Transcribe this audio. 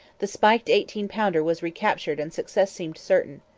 the spiked eighteen-pounder was recaptured and success seemed certain.